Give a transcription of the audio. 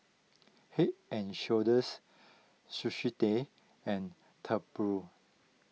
Head and Shoulders Sushi Tei and Tempur